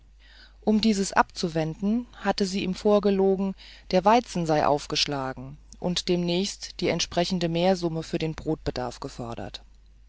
um dieses abzuwenden hatte sie ihm vorgelegen der weizen sei aufgeschlagen und demnächst die entsprechende mehrsumme für den brotbedarf gefordert